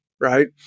right